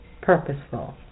purposeful